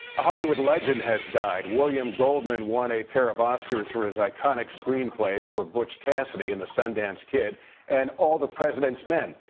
a hollywood legend has died. william goldman won a pair of oscars for his kind of screen play for butch cassidy in the sun dance kid and all the president's men.